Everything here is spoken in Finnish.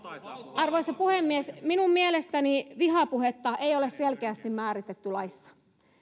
arvoisa puhemies minun mielestäni vihapuhetta ei ole selkeästi määritetty laissa